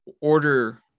order